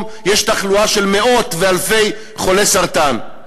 יש תחלואה של מאות ואלפי חולי סרטן?